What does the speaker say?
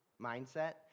mindset